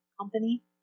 company